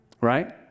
Right